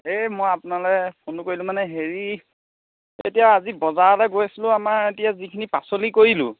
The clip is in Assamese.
এই মই আপোনালৈ ফোনটো কৰিলোঁ মানে হেৰি এতিয়া আজি বজাৰলৈ গৈ আছিলোঁ আমাৰ এতিয়া যিখিনি পাচলি কৰিলোঁ